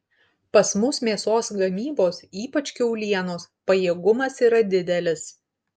pas mus mėsos gamybos ypač kiaulienos pajėgumas yra didelis